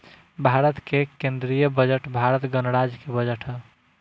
भारत के केंदीय बजट भारत गणराज्य के बजट ह